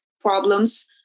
problems